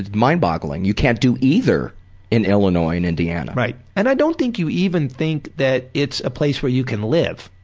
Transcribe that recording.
mindboggling. you can't do either in illinois and indiana. right. and i don't think you even think that it's a place where you can live.